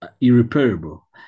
irreparable